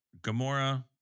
Gamora